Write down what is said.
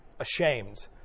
ashamed